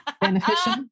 beneficial